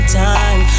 time